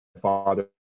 father